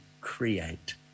create